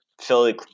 philly